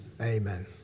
amen